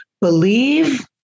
believe